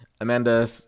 Amanda